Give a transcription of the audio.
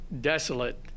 desolate